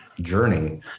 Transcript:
journey